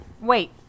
Wait